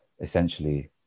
essentially